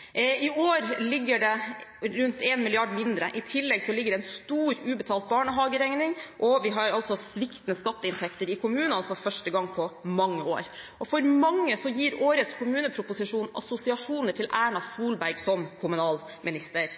i kommuneopplegget. I år ligger det rundt 1 mrd. kr mindre. I tillegg ligger det en stor ubetalt barnehageregning, og vi har sviktende skatteinntekter i kommunene for første gang på mange år. For mange gir årets kommuneøkonomiproposisjon assosiasjoner til Erna Solberg som kommunalminister.